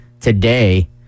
today